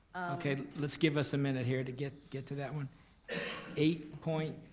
okay, let's give us a minute here to get get to that one eight point